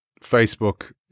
Facebook